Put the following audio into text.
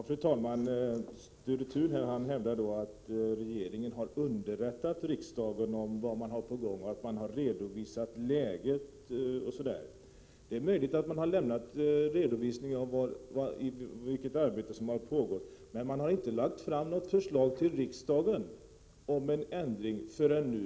Fru talman! Sture Thun hävdar att regeringen underrättat riksdagen om vad man har på gång och redovisat läget osv. Det är möjligt att regeringen redovisat vilket arbete som pågått, men den har inte lagt fram något förslag till riksdagen om en ändring förrän nu.